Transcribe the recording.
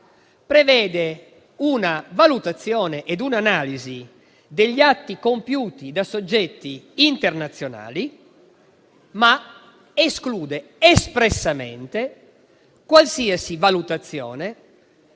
e una valutazione e un'analisi degli atti compiuti da soggetti internazionali, ma escludono espressamente qualsiasi valutazione